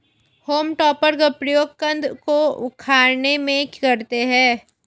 home टॉपर का प्रयोग कन्द को उखाड़ने में करते हैं